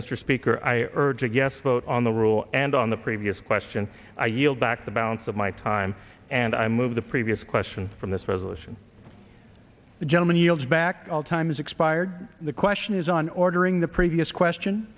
mr speaker i urge a guest vote on the rule and on the previous question i yield back the balance of my time and i move the previous question from this resolution the gentleman yields back all time has expired the question is on ordering the previous question